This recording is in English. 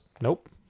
Nope